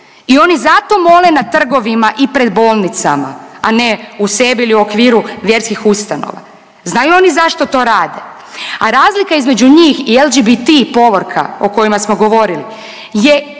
i oni zato mole na trgovima i pred bolnicama, a ne u sebi ili u okviru vjerskih ustanova, znaju oni zašto to rade, a razlika između njih i LGBT povorka o kojima smo govorili je